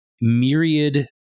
myriad